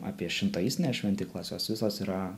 apie šintaistines šventyklas jos visos yra